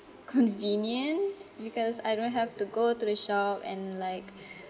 convenient because I don't have to go to the shop and like